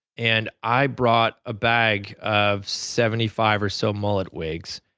and i brought a bag of seventy five or so mullet wigs,